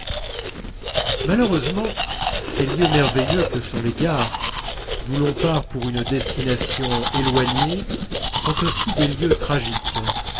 malheureusement ces lieux merveilleux que sont les gares d'où l'on part pour une destination éloignée sont aussi des lieux tragiques